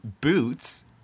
Boots